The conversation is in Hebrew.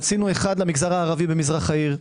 עשינו אחד למגזר הערבי במזרח העיר,